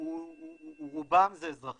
רובם זה אזרחים או יש גם גורמי ממשלה,